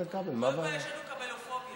החלטתם להפיל את החוק.